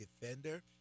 defender